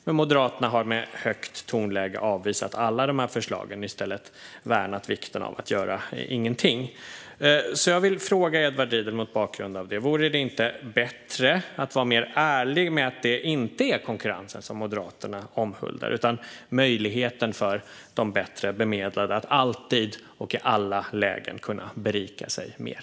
Moderaterna har dock med högt tonläge avvisat alla dessa förslag och i stället värnat vikten av att göra ingenting. Mot bakgrund av detta vill jag fråga Edward Riedl: Vore det inte bättre att vara mer ärlig med att det inte är konkurrensen som Moderaterna omhuldar utan möjligheten för de bättre bemedlade att alltid och i alla lägen berika sig mer?